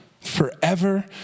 Forever